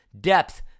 depth